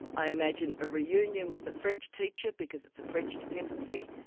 i imagine a reunion with a french teacher because it's a french dependency.